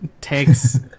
takes